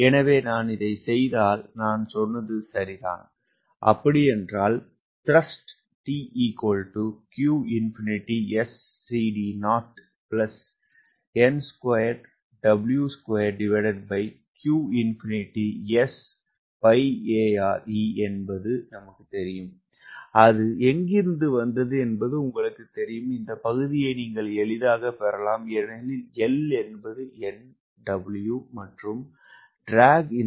எனவே நான் இதைச் செய்தால் நான் சொன்னது சரிதான் அது எங்கிருந்து வந்தது என்பது உங்களுக்குத் தெரியும் இந்த பகுதியை நீங்கள் எளிதாகப் பெறலாம் ஏனெனில் L nW மற்றும் இழுவின் இந்த பகுதி KCL2 ஆகும்